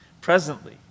presently